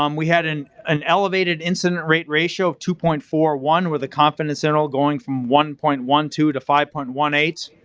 um we had an an elevated incident rate ratio of two point four one with a confidence interval going from one point one two to five point one eight,